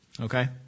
Okay